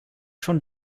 schon